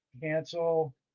cancel